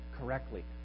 correctly